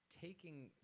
taking